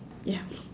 ya